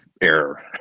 error